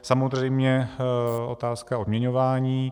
Samozřejmě otázka odměňování.